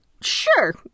Sure